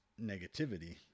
negativity